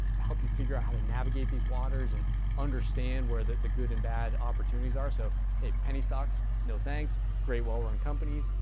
help you figure out how to navigate these waters, and understand where the good and bad opportunities are. so penny stocks? no, thanks. great, well-run companies?